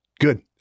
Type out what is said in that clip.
good